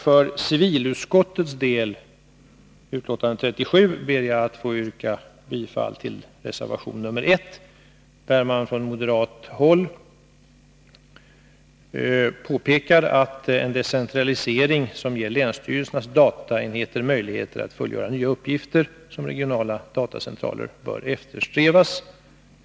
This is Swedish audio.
För civilutskottets del — betänkande 37 — ber jag att få yrka bifall till reservation 1, där det från moderat håll påpekas att en decentralisering som ger länsstyrelsernas dataenheter möjligheter att fullgöra nya uppgifter som regionala datacentraler bör eftersträvas.